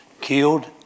killed